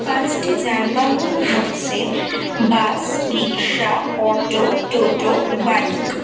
পাঁচটি যানবাহন হচ্ছে bus rickshaw auto toto bike